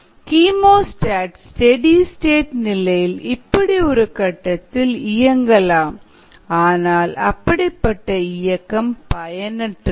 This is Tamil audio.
கீமோஸ்டாட் ஸ்டெடி ஸ்டேட் நிலையில் இப்படி ஒரு கட்டத்தில் இயங்கலாம் ஆனால் அப்படிப்பட்ட இயக்கம் பயனற்றது